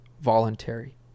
voluntary